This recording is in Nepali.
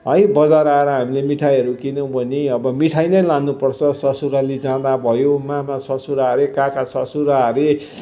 है बजार आएर हामीले मिठाईहरू किन्यौँ भने अब मिठाई नै लानु पर्छ ससुराली जाँदा भयो मामा ससुरा हरे काका ससुरा हरे